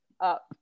up